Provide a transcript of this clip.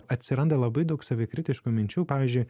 atsiranda labai daug savikritiškų minčių pavyzdžiui